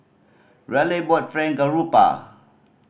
Raleigh bought Fried Garoupa